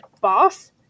boss